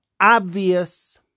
obvious